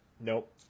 Nope